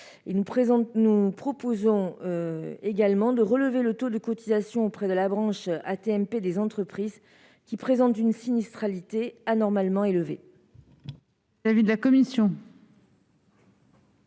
Nous proposons également de relever les taux de cotisations auprès de la branche AT-MP des entreprises, qui présente une sinistralité anormalement élevée.